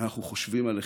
אנחנו חושבים עליכם,